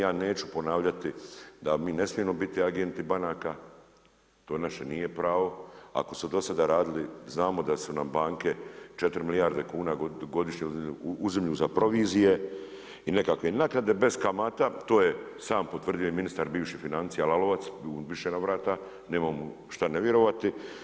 Ja neću ponavljati da mi ne smijemo biti agenti banaka, to naše nije pravo ako su do sad radili znamo da su nam banke 4 milijarde kuna godišnje uzimaju za provizije i nekakve naknade bez kamata, to je sam potvrdio i ministar bivši financija Lalovac, u više navrata, nemamo šta ne vjerovati.